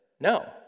No